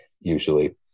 Usually